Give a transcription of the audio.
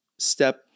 step